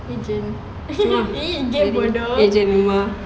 jom ah jadi agent rumah